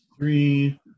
Three